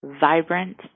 vibrant